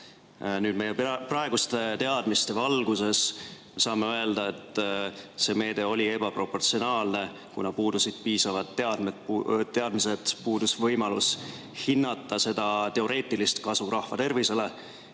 Nüüd, meie praeguste teadmiste valguses saame öelda, et see meede oli ebaproportsionaalne, kuna puudusid piisavad teadmised, puudus võimalus hinnata teoreetilist kasu rahva tervisele